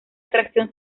atracción